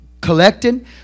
collecting